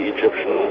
Egyptian